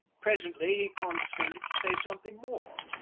presently he condescended to say something more.